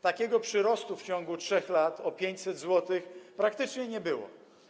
Takiego przyrostu w ciągu 3 lat, o 500 zł, praktycznie nie było.